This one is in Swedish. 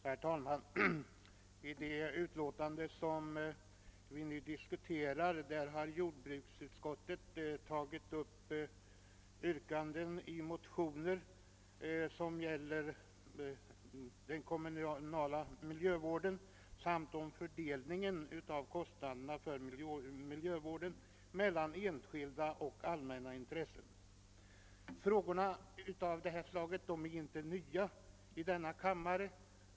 Herr talman! I det utlåtande som vi nu diskuterar har jordbruksutskottet tagit upp yrkanden i motioner som gäller den kommunala miljövården samt fördelningen av kostnaderna för miljövården mellan enskilda och allmänna intressen. Frågor av detta slag är inte nya i denna kammare.